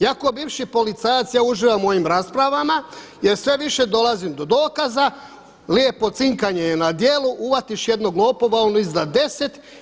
Ja kao bivši policajac, ja uživam u ovim raspravama jer sve više dolazim do dokaza, lijepo cinkanje je na djelu, uhvatiš jednog lopova, on izda 10.